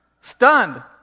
Stunned